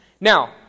Now